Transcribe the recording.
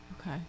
Okay